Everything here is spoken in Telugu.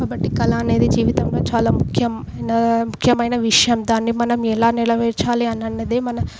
కాబట్టి కళ అనేది జీవితంలో చాలా ముఖ్యం అయినా ముఖ్యమైన విషయం దాన్ని మనం ఎలా నెలవేర్చాలి అని అనేది మన